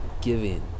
giving